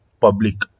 public